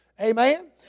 amen